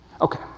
Okay